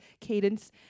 cadence